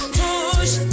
push